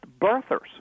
birthers